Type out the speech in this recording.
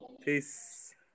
Peace